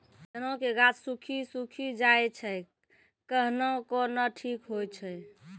चना के गाछ सुखी सुखी जाए छै कहना को ना ठीक हो छै?